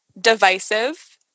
Divisive